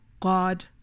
god